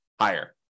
higher